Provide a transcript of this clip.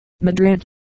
Madrid